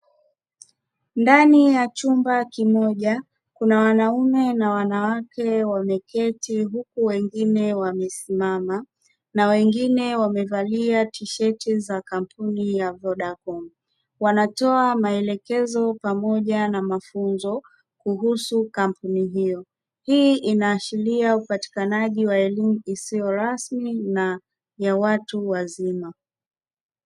Ndani ya chumba kimoja kuna wanaume na wanawake wameketi huku wengine wamesimama, na wengine wamevalia tisheti za kampuni ya "Vodacom", wanatoa maelekezo pamoja na mafunzo kuhusu kampuni hiyo; hii inaashiria upatikanaji wa elimu isiyo rasmi na ya watu wazima.